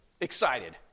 excited